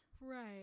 Right